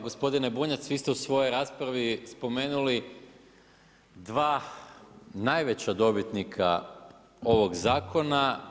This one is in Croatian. Gospodine Bunjac, vi ste u svojoj raspravi spomenuli dva najveća dobitnika ovog zakona.